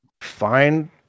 find